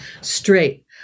straight